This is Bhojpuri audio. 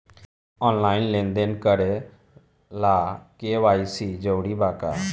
आनलाइन लेन देन करे ला के.वाइ.सी जरूरी बा का?